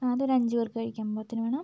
അതൊരു അഞ്ച് പേർക്ക് കഴിക്കാൻ പാകത്തിന് വേണം